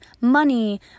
money